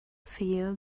feel